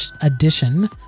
edition